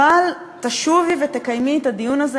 אבל תשובי ותקיימי את הדיון הזה,